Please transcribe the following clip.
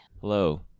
hello